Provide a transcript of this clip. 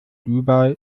dubai